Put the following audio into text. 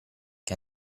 che